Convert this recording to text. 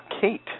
Kate